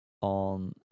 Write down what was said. on